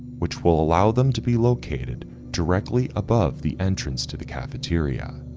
which will allow them to be located directly above the entrance to the cafeteria.